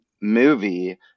movie